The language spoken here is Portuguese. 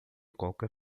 qualquer